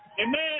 Amen